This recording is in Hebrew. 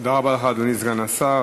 תודה רבה לך, אדוני סגן השר.